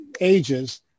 ages